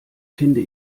finde